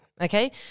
Okay